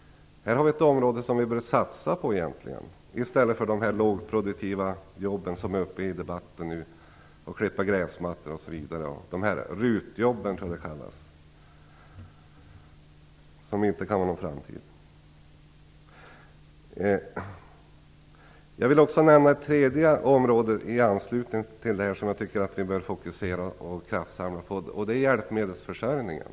Här har vi ett område som vi egentligen bör satsa på, i stället för på de lågproduktiva jobb som nu tas upp i debatten, t.ex. gräsklippning. Jag tror att det kallas RUT-jobb. Det kan inte vara någon framtid. Jag vill också nämna ett tredje område i anslutning till detta som jag tycker att vi bör fokusera och kraftsamla kring, och det är hjälpmedelsförsörjningen.